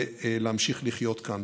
ולהמשיך לחיות כאן.